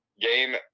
game